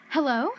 Hello